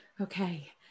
okay